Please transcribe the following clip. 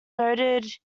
noted